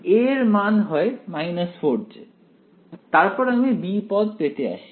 a এর মান হয় 4j তারপর আমি b পদ পেতে আসি